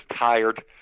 tired